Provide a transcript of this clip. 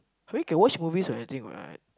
I mean can watch movies or anything what